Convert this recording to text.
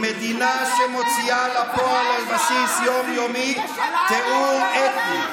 היא מדינה שמוציאה לפועל על בסיס יום-יומי טיהור אתני.